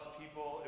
people